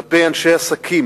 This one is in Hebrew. כלפי אנשי עסקים,